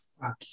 Fuck